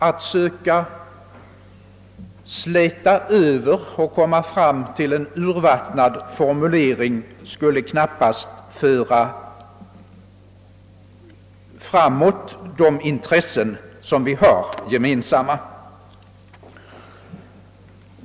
Att söka släta över och på så sätt få som resultat en del urvattnade formuleringar skulle knappast föra våra gemensamma intressen framåt.